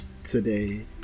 today